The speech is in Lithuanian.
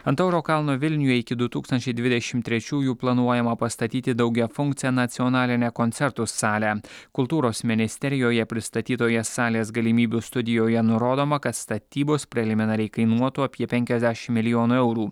ant tauro kalno vilniuje iki du tūkstančiai dvidešim trečiųjų planuojama pastatyti daugiafunkcę nacionalinę koncertų salę kultūros ministerijoje pristatytoje salės galimybių studijoje nurodoma kad statybos preliminariai kainuotų apie penkiasdešim milijonų eurų